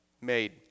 made